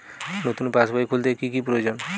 নতুন পাশবই খুলতে কি কি প্রয়োজন?